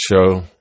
show